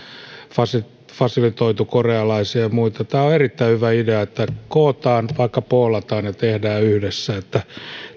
on fasilitoitu korealaisia ja muita tämä on erittäin hyvä idea että kootaan vaikkapa poolataan ja tehdään yhdessä